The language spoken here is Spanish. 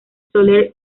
soler